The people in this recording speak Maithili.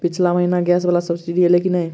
पिछला महीना गैस वला सब्सिडी ऐलई की नहि?